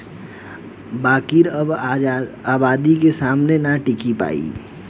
बाकिर अब आबादी के सामने ना टिकी पाई